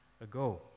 ago